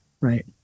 Right